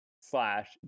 slash